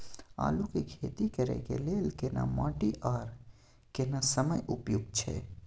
आलू के खेती करय के लेल केना माटी आर केना समय उपयुक्त छैय?